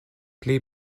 pli